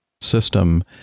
system